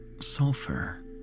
sulfur